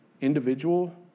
individual